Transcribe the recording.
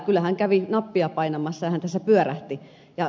kyllä hän kävi nappia painamassa hän tässä pyörähti